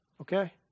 Okay